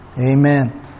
Amen